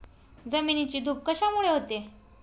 जमिनीची धूप कशामुळे होते?